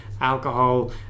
alcohol